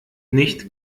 nicht